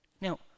Now